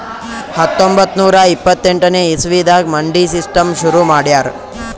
ಹತ್ತೊಂಬತ್ತ್ ನೂರಾ ಇಪ್ಪತ್ತೆಂಟನೇ ಇಸವಿದಾಗ್ ಮಂಡಿ ಸಿಸ್ಟಮ್ ಶುರು ಮಾಡ್ಯಾರ್